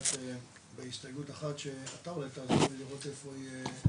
לגעת בהסתייגות אחת שאתה אולי תעזור לי לראות איפה היא נמצאת.